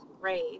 great